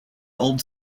old